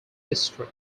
history